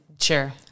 Sure